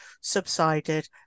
subsided